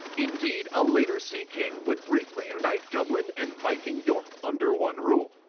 indeed a later sea king would briefly unite dublin and viking york under one rule.